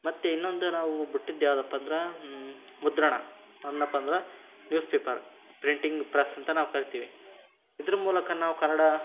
ಮತ್ತು ಇನ್ನೊಂದು ನಾವು ಬಿಟ್ಟಿದ್ ಯಾವುದಪ್ಪ ಅಂದ್ರೆ ಮುದ್ರಣ ಅಂದೆನಪ್ಪ ಅಂದ್ರೆ ನ್ಯೂಸ್ ಪೇಪರ್ ಪ್ರಿಂಟಿಂಗ್ ಪ್ರೆಸ್ ಅಂತ ನಾವು ಕರಿತೀವಿ ಇದ್ರ ಮೂಲಕ ನಾವು ಕನ್ನಡ